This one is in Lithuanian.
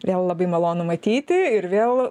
vėl labai malonu matyti ir vėl